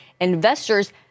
investors